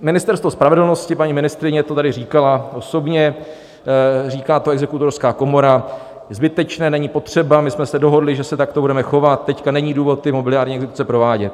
Ministerstvo spravedlnosti, paní ministryně to tady říkala osobně, říká to Exekutorská komora: je zbytečné, není potřeba, my jsme se dohodli, že se takto budeme chovat, teď není důvod ty mobiliární exekuce provádět.